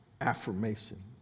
affirmation